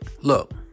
Look